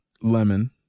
lemon